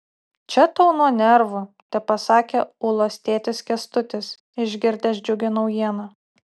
čia tau nuo nervų tepasakė ulos tėtis kęstutis išgirdęs džiugią naujieną